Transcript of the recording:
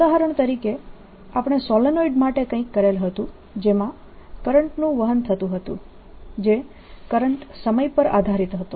ઉદાહરણ તરીકે આપણે સોલેનોઇડ માટે કંઈક કરેલ હતું જેમાં કરંટનું વહન થતું હતું જે કરંટ સમય પર આધારીત હતો